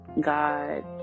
God